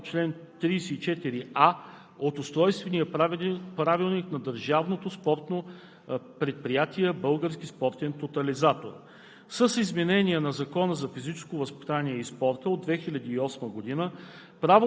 Носителите на сребърни или бронзови олимпийски медали са имали същото право съгласно чл. 34а от Устройствения правилник на Държавно предприятие „Български спортен тотализатор“.